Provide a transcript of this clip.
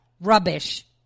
Rubbish